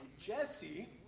Jesse